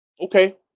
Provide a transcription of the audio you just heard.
Okay